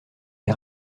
les